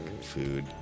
food